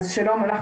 שלום.